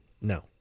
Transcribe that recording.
no